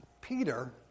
Peter